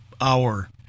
hour